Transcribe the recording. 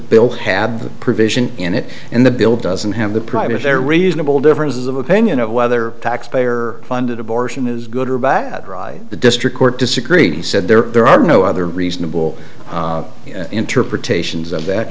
bill had provision in it and the bill doesn't have the pride is there reasonable differences of opinion of whether taxpayer funded abortion is good or bad the district court disagreed he said there are there are no other reasonable interpretations of that